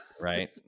right